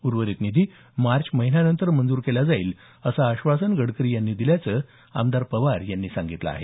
उर्वरित निधी मार्च महिन्यानंतर मंजूर केला जाईल असं आश्वासन गडकरी यांनी दिल्याचं आमदार पवार यांनी सांगितलं आहे